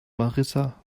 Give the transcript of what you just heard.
marissa